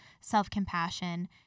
self-compassion